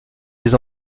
des